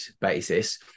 basis